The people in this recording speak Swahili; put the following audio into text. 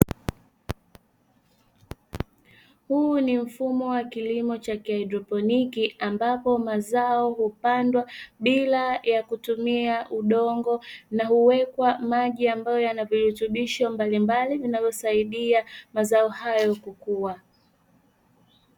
Huu ni mfumo wa kilimo cha kihaidroponi, ambapo mazao hupandwa bila ya kutumia udongo na huwekwa maji ambayo yanavirutubisho mbalimbali vinavyosaidia mazao hayo kukua.